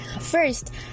first